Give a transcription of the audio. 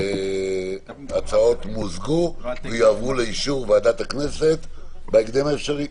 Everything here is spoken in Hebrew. ההצעה ההצעות מוזגו ויועברו לאישור ועדת הכנסת בהקדם האפשרי.